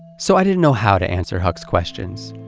so i didn't know how to answer huck's questions.